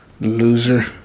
Loser